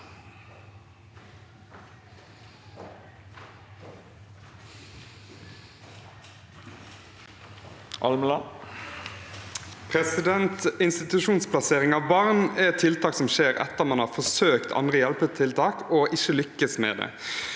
Institusjonsplas- sering av barn er tiltak som skjer etter at man har forsøkt andre hjelpetiltak og ikke lyktes med det,